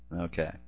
Okay